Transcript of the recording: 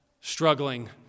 struggling